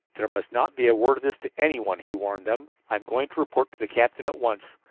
there must not be a word of this to anyone, he warned them. i am going to report to the captain at once.